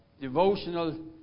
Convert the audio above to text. devotional